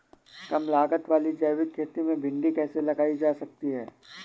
कम लागत वाली जैविक खेती में भिंडी कैसे लगाई जा सकती है?